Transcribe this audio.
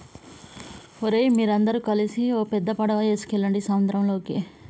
ఓరై మీరందరు గలిసి ఓ పెద్ద పడవ ఎసుకువెళ్ళండి సంద్రంలోకి